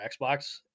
Xbox